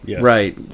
right